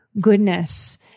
goodness